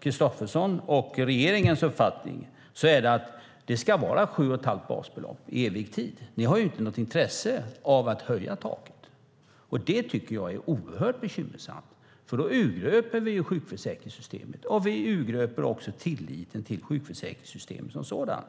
Kristerssons och regeringens uppfattning är att det ska vara sju och ett halvt basbelopp i evig tid. Ni har inte något intresse av att höja taket. Det är oerhört bekymmersamt. Då urgröper vi sjukförsäkringssystemet, och vi urgröper också tilliten till sjukförsäkringssystemet som sådant.